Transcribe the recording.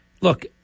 Look